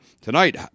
tonight